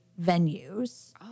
venues